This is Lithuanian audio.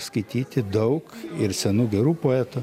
skaityti daug ir senų gerų poetų